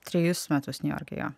trejus metus niujorke